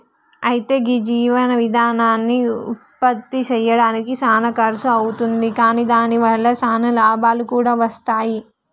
అయితే గీ జీవ ఇందనాన్ని ఉత్పప్తి సెయ్యడానికి సానా ఖర్సు అవుతుంది కాని దాని వల్ల సానా లాభాలు కూడా వస్తాయి